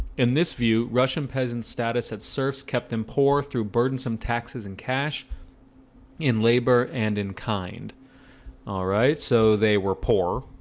in this view russian peasant status had serfs kept them poor threw burdensome taxes and cash in labor and in kind alright, so they were poor